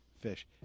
fish